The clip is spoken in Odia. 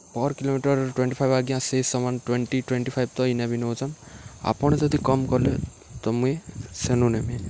ପର୍ କିଲୋମିଟର୍ ଟ୍ୱେଣ୍ଟି ଫାଇବ୍ ଆଜ୍ଞା ସେ ସମାନ୍ ଟ୍ୱେଣ୍ଟି ଟ୍ୱେଣ୍ଟି ଫାଇବ୍ ତ ଇନେ ବି ନଉଚନ୍ ଆପଣ୍ ଯଦି କମ୍ କଲେ ତ ମୁଇଁ ସେନୁ ନେମି